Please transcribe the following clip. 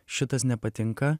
šitas nepatinka